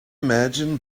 imagine